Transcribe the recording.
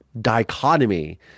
dichotomy